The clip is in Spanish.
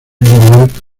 liberal